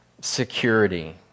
security